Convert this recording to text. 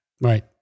Right